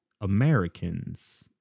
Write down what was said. Americans